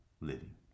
living